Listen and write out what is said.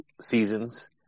seasons